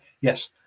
yes